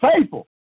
faithful